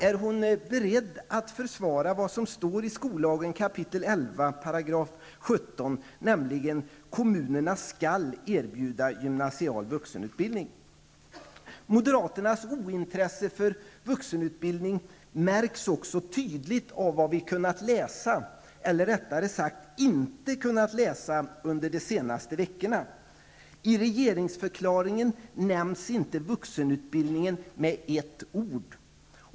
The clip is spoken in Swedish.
Är hon beredd att försvara det som står i skollagen 11 kap. 17 §: Moderaternas ointresse för vuxenutbildning märks också tydligt av vad vi har kunnat läsa, eller rättare sagt inte har kunnat läsa under de senaste veckorna. I regeringsförklaringen nämns inte vuxenutbildningen med ett ord.